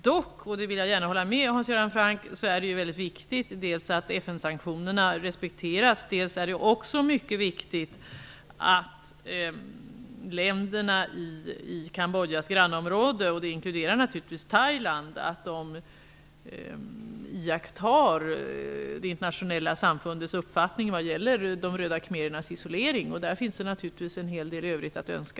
Dock är det -- det vill jag gärna hålla med Hans Göran Franck om -- viktigt dels att FN sanktionerna respekteras, dels att länderna i Thailand, iakttar det internationella samfundets uppfattning vad gäller Röda khmerernas isolering. Där finns det naturligtvis en hel del övrigt att önska.